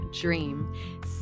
dream